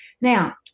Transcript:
Now